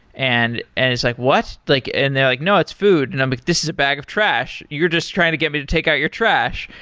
and it's like, what? like and they're like, no, it's food. and i'm like, this is a bag of trash. you're just trying to get me to take out your trash.